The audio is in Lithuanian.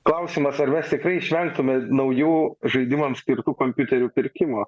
klausimas ar mes tikrai išvengtume naujų žaidimams skirtų kompiuterių pirkimo